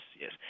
Yes